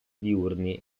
diurni